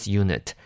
unit